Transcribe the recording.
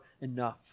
enough